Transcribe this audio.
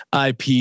IP